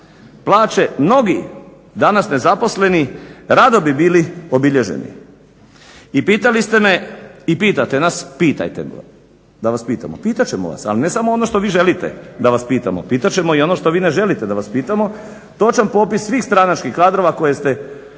plaće mnogi danas nezaposleni rado bi bili obilježeni. I pitali ste me i pitate nas, pitajte, da vas pitamo. Pitat ćemo vas, ali ne samo ono što vi želite da vas pitamo. Pitat ćemo i ono što vi ne želite da vas pitamo. Točan popis svih stranačkih kadrova koje ste